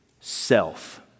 self